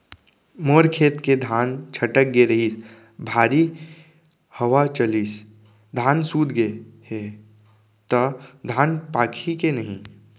मोर खेत के धान छटक गे रहीस, भारी हवा चलिस, धान सूत गे हे, त धान पाकही के नहीं?